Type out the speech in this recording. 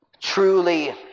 Truly